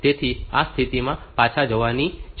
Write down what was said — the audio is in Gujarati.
તેથી તમારે આ સ્થિતિમાં પાછા જવાની જરૂર છે